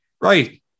right